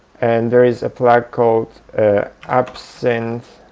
and there is a plug called absinthe